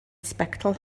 sbectol